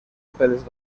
pels